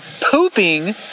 pooping